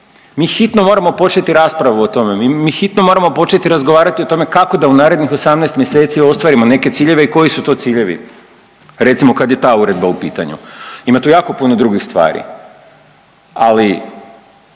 Mi hitno moramo početi raspravu o tome, mi hitno moramo početi razgovarati o tome kako da u narednih 18 mjeseci ostvarimo neke ciljeve i koji su to ciljevi recimo kad je ta uredba u pitanju. Ima tu jako puno drugih stvari, ali